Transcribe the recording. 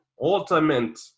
Ultimate